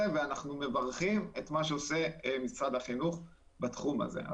ואנחנו מברכים את מה שעושה משרד החינוך בתחום הזה.